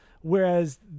whereas